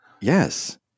Yes